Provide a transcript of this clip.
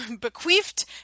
bequeathed